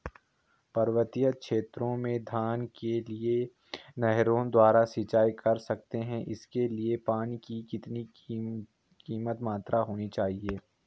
पर्वतीय क्षेत्रों में धान के लिए नहरों द्वारा सिंचाई कर सकते हैं इसके लिए पानी की कितनी मात्रा होनी चाहिए?